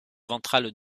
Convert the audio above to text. ventrale